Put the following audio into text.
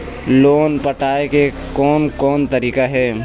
Loan पटाए के कोन कोन तरीका हे?